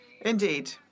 Indeed